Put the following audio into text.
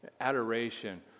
adoration